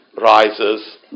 rises